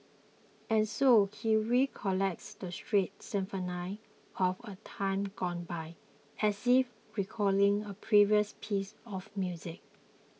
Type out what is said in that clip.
and so he recollects the street symphony of a time gone by as if recalling a precious piece of music